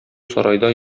сарайда